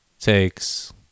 takes